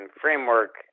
framework